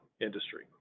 industry